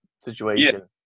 situation